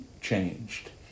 changed